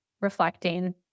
reflecting